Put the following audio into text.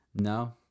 No